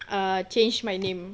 err change my name